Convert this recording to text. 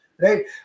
right